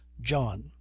John